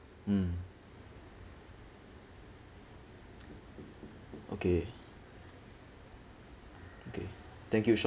mm okay okay thank you sean